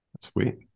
Sweet